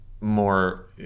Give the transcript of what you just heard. more